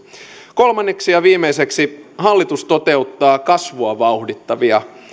kolmanneksi ja viimeiseksi hallitus toteuttaa kasvua vauhdittavia